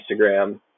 Instagram